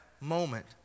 moment